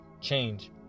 change